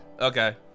okay